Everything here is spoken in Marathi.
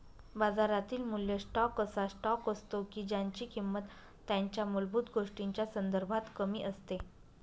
बाजारातील मूल्य स्टॉक असा स्टॉक असतो की ज्यांची किंमत त्यांच्या मूलभूत गोष्टींच्या संदर्भात कमी असते